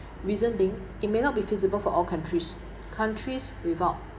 reason being it may not be feasible for all countries countries without